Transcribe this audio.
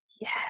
yes